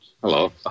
Hello